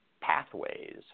pathways